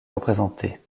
représentée